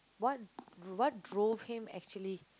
what what drove him actually